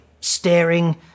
staring